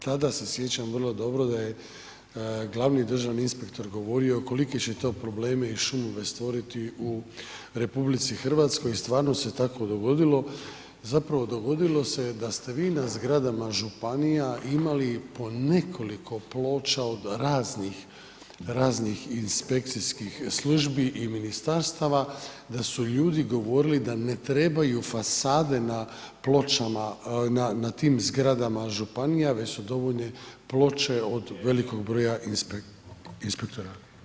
Tada se sjećam vrlo dobro da je glavni državni inspektor govorio kolike će to probleme i šumove stvoriti u RH, stvarno se tako dogodilo, zapravo, dogodilo se da ste vi na zgradama županija imali po nekoliko ploča od raznih inspekcijskih službi i ministarstava da su ljudi govorili da ne trebaju fasada na tim zgradama županija već su dovoljne ploče od velikog broja inspektorata.